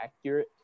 accurate –